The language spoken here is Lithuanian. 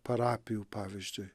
parapijų pavyzdžiui